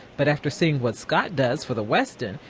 but after seeing what scott does for the westin,